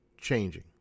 changing